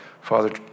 Father